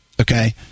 Okay